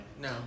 No